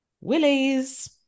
willies